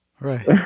right